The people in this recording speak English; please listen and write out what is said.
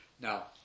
Now